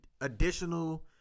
additional